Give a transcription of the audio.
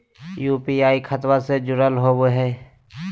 UPI खतबा से जुरल होवे हय?